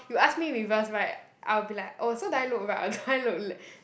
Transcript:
you ask me reverse right I will be like oh so do I look right or do I look left